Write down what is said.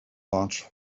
large